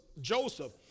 Joseph